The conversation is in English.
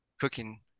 cooking